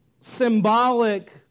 symbolic